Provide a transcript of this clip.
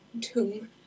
tomb